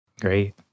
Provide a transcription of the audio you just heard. Great